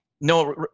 No